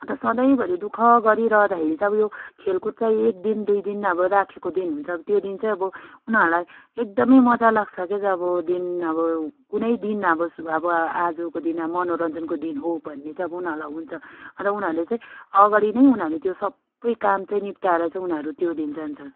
अन्त सधैँभरि दु ख गरिरहँदाखेरि चाहिँ अब यो खेलकुद चाहिँ एक दिन दुई दिन अब राखेको दिन हुन्छ अब त्यो दिन चाहिँ अब उनीहरूलाई एकदमै मजा लाग्छ के त अब दिन अब कुनै दिन अब सु अब आजको दिन अब मनोरञ्जनको दिन हो भन्ने चाहिँ अब उनीहरूलाई चाहिँ हुन्छ अन्त उनीहरूले चाहिँ अगाडि नै उनीहरूले त्यो सबै काम चाहिँ निप्टाएर उनीहरू चाहिँ त्यो दिन जान्छ